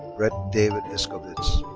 brett david iscovitz.